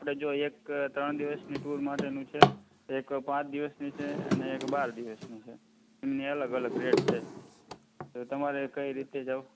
આપણે જો એક ત્રણ દિવસની ટૂર માટેનું છે એક પાંચ દિવસની છે અને એક બાર દિવસની છે બન્ને અલગ અલગ રેટ છે તો તમારે કઈ રીતે જવું